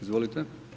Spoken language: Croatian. Izvolite.